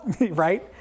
right